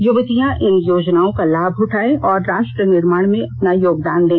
युवतियां इन योजनाओं का लाभ उठाएं और राष्ट्र निर्माण में अपना सहयोग दें